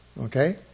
okay